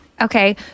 Okay